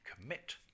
commit